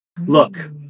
Look